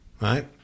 Right